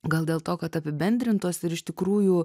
gal dėl to kad apibendrintos ir iš tikrųjų